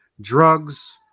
drugs